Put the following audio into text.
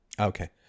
Okay